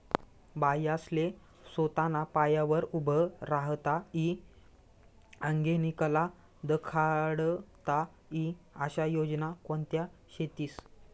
बायास्ले सोताना पायावर उभं राहता ई आंगेनी कला दखाडता ई आशा योजना कोणत्या शेतीस?